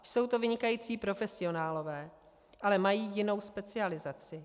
Jsou to vynikající profesionálové, ale mají jinou specializaci.